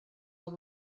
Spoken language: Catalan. del